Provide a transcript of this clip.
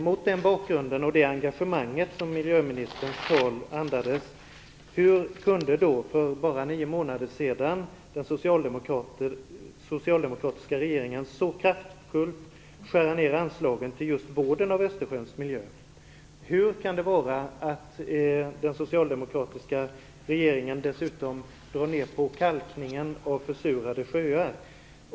Mot den bakgrunden och det engagemang som miljöministerns tal andades undrar jag hur den socialdemokratiska regeringen för bara nio månader sedan så kraftfullt kunde skära ned anslagen till just vården av Östersjöns miljö. Hur kan det komma sig att den socialdemokratiska regeringen dessutom drar ner på kalkningen av försurade sjöar?